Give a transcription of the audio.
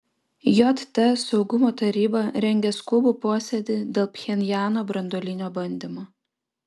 jt saugumo taryba rengia skubų posėdį dėl pchenjano branduolinio bandymo